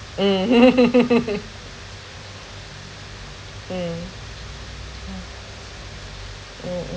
mm mm yeah mm mm